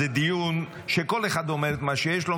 זה דיון שבו כל אחד אומר את מה שיש לו,